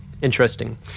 interesting